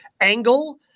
angle